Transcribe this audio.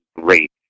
great